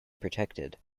protected